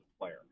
player